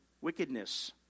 wickedness